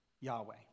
Yahweh